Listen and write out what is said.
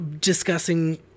discussing